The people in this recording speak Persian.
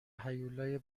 هیولای